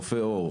רופא עור,